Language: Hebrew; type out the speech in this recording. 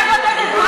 אני מתבייש בך.